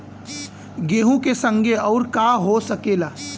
गेहूँ के संगे अउर का का हो सकेला?